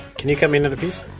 can you cut me another piece?